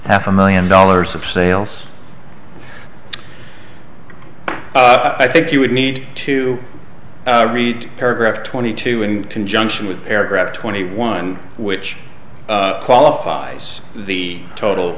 half a million dollars of sales i think you would need to read paragraph twenty two in conjunction with paragraph twenty one which qualifies the total